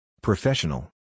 Professional